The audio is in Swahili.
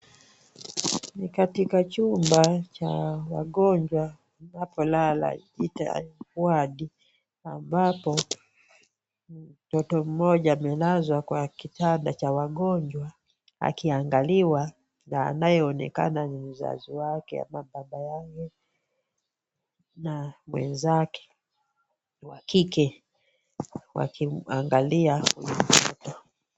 Ni katika chumba cha wagonjwa, unapolala, wadi, ambapo mtoto mmoja amelazwa kwa kitanda cha wagonjwa. Akiangaliwa, na anayeonekana ni mzazi wake ambaye baba yake na mwenzake wa kike wakimangalia huyu mtoto.